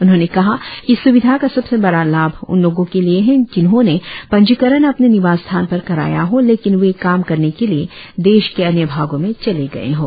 उन्होंने कहा कि इस स्विधा का सबसे बड़ा लाभ उन लोगों के लिए है जिन्होंने पंजीकरण अपने निवास स्थान पर कराया हो लेकिन वे काम करने के लिए देश के अन्य भागों में चले गए हों